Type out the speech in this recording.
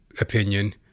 opinion